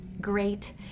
great